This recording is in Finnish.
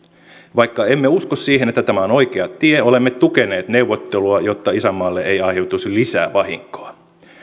vaikka emme usko siihen että tämä on oikea tie olemme tukeneet neuvottelua jotta isänmaalle ei aiheutuisi lisää vahinkoa